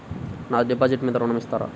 నా డిపాజిట్ మీద ఋణం ఇస్తారా?